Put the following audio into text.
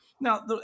Now